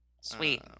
Sweet